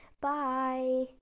Bye